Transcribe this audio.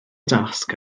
dasg